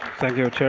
thank you.